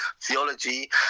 theology